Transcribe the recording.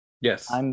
Yes